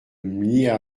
mliha